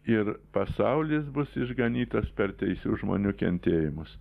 ir pasaulis bus išganytas per teisių žmonių kentėjimus